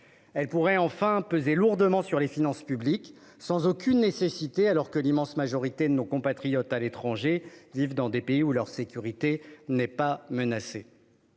elle pourrait peser lourdement sur les finances publiques, sans aucune nécessité puisque l'immense majorité de nos compatriotes établis à l'étranger vivent dans des pays où leur sécurité n'est pas menacée.